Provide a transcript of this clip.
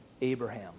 Abraham